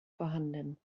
vorhanden